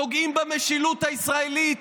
פוגעים במשילות הישראלית,